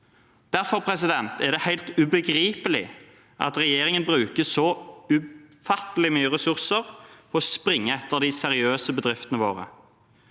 Derfor er det helt ubegripelig at regjeringen bruker så ufattelig mye ressurser på å springe etter de seriøse bedriftene våre.